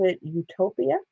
Utopia